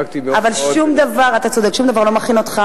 שום דבר לא מכין אותך